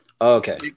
okay